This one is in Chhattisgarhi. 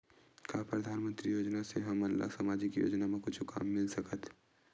का परधानमंतरी योजना से हमन ला सामजिक योजना मा कुछु काम मिल सकत हे?